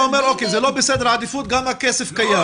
אתה אומר שזה לא בסדר עדיפות גם אם הכסף קיים.